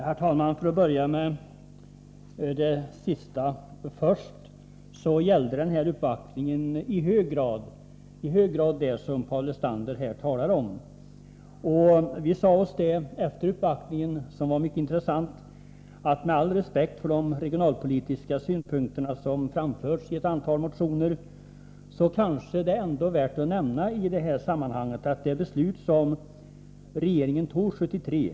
Herr talman! Om jag börjar med det sista spörsmålet först, gällde uppvaktningen i hög grad det som Paul Lestander här talar om. Efter uppvaktningen, som var mycket intressant, sade vi oss att med all respekt för de regionalpolitiska synpunkterna, som framförs i ett antal motioner, kanske det ändå är värt att nämna i det här sammanhanget att det beslut som regeringen tog 1973 skulle utgöra grunden för den fortsatta lokalplaneringen.